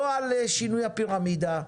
לא על שינוי הפירמידה,